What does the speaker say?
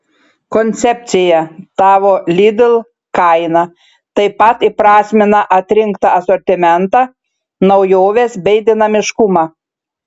koncepcija tavo lidl kaina taip pat įprasmina atrinktą asortimentą naujoves bei dinamiškumą